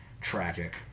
tragic